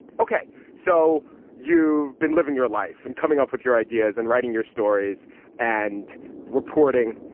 ok so you been living your life and coming up with your ideas and writing your stories and reporting.